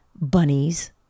Bunnies